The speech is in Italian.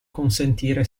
consentire